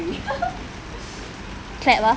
clap ah